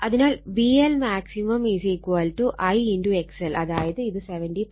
അതിനാൽ VL I XL അതായത് ഇത് 70